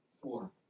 Four